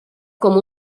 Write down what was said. com